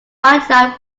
wildlife